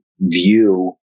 view